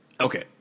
Okay